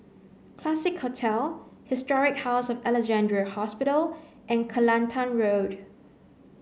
Classique Hotel Historic House of Alexandra Hospital and Kelantan Road